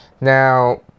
Now